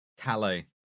Calais